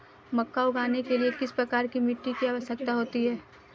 मक्का उगाने के लिए किस प्रकार की मिट्टी की आवश्यकता होती है?